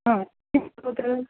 आ किम् अभवत्